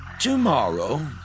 Tomorrow